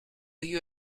you